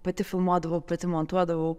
pati filmuodavau pati montuodavau